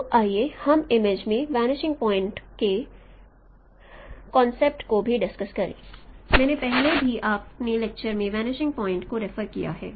तो आइए हम इमेजिंग में वनिषिंग पॉइंटस के कॉन्सेप्ट्स को भी डिस्कस्ड करें मैंने पहले भी अपने लेक्चर्स में वनिषिंग पॉइंटस को रेफर किया है